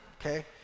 okay